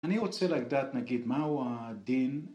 אני רוצה לדעת נגיד מהו הדין